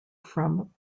from